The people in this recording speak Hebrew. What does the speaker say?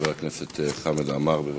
חבר הכנסת חמד עמאר, בבקשה.